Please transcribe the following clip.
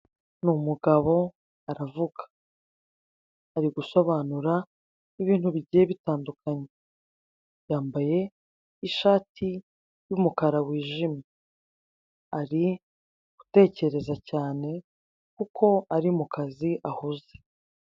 Ni umugabo aravuga, ari gusobanura ibintu bigiye bitandukanye, yambaye ishati y'umukara wijimye, ari gutekereza cyane kuko ari kazi ahuze.